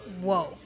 Whoa